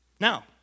Now